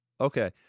okay